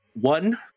one